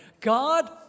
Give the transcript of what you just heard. God